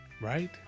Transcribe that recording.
Right